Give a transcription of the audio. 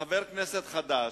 כחבר כנסת חדש: